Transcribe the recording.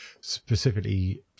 specifically